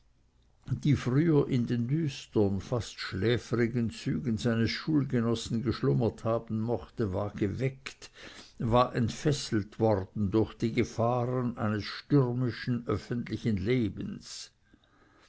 die früher in den düstern fast schläfrigen zügen seines schulgenossen geschlummert haben mochte war geweckt war entfesselt worden durch die gefahren eines stürmischen öffentlichen lebens